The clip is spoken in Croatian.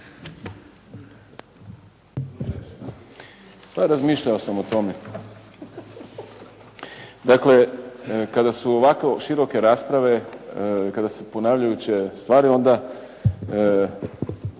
Pa razmišljao sam o tome. Dakle, kada su ovako široke rasprave, kada su ponavljajuće stvari onda,